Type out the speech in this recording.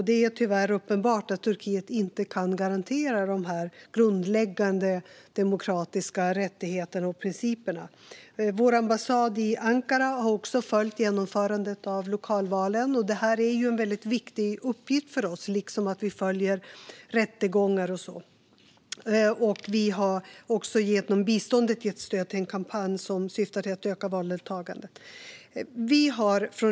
Det är tyvärr uppenbart att Turkiet inte kan garantera dessa grundläggande demokratiska rättigheter och principer. Vår ambassad i Ankara har också följt genomförandet av lokalvalen, och det är en viktig uppgift för oss liksom att vi följer rättegångar och så. Vi har också genom biståndet gett stöd till en kampanj som syftar till att öka valdeltagandet.